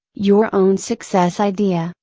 your own success idea,